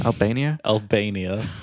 Albania